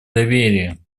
доверия